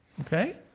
Okay